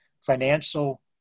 financial